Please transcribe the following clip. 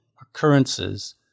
occurrences